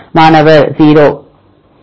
மாணவர் 0